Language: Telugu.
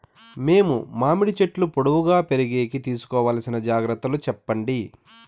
మేము మామిడి చెట్లు పొడువుగా పెరిగేకి తీసుకోవాల్సిన జాగ్రత్త లు చెప్పండి?